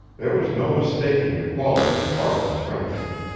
there was no mistaking the quality of farland's friendship.